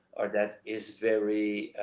or that is very,